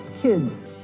kids